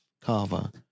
kava